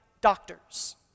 doctors